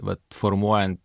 vat formuojant